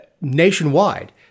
nationwide